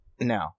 No